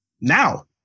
Now